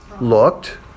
looked